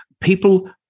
People